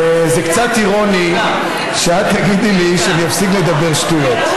זה קצת אירוני שאת תגידי לי שאני אפסיק לדבר שטויות.